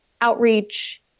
outreach